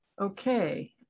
Okay